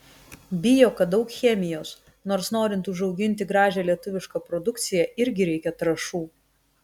bijo kad daug chemijos nors norint užauginti gražią lietuvišką produkciją irgi reikia trąšų